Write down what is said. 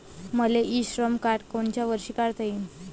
मले इ श्रम कार्ड कोनच्या वर्षी काढता येईन?